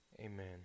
Amen